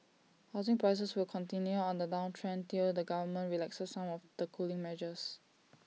housing prices will continue on the downtrend till the government relaxes some of the cooling measures